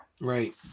Right